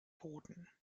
boden